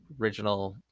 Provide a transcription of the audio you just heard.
original